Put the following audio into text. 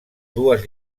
dues